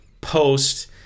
post